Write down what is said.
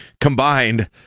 combined